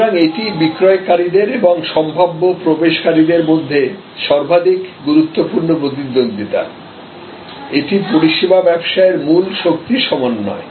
সুতরাং এটি বিক্রয়কারীদের এবং সম্ভাব্য প্রবেশকারীদের মধ্যে সর্বাধিক গুরুত্বপূর্ণ প্রতিদ্বন্দ্বিতা এটি পরিষেবা ব্যবসায়ের মূল শক্তি সমন্বয়